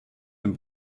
dem